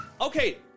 Okay